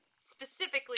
specifically